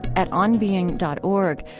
at onbeing dot org,